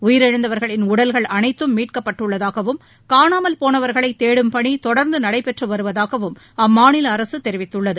உயிரிழந்தவர்களின் உடல்கள் அனைத்தும் மீட்கப்பட்டுள்ளதாகவும் காணாமல் போனவர்களைதேடும் பணிதொடர்ந்துநடைபெற்றுவருவதாகவும் அம்மாநிலஅரசுதெரிவித்துள்ளது